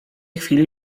chwili